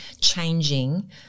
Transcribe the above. changing